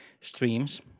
streams